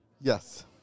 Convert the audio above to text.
Yes